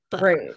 Right